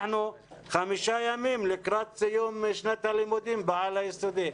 אנחנו חמישה ימים לקראת סיום שנת הלימודים בעל-יסודי?